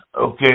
okay